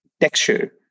texture